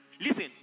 Listen